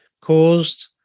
caused